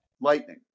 lightning